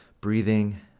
Breathing